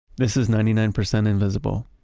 this is ninety nine percent invisible.